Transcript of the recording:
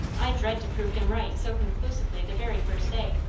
i dread to prove him right so conclusively the very first day.